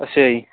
ਅੱਛਾ ਜੀ